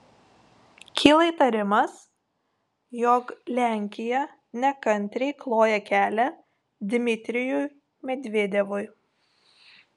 kyla įtarimas jog lenkija nekantriai kloja kelią dmitrijui medvedevui